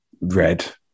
red